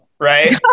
right